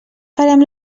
farem